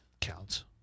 counts